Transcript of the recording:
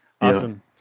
Awesome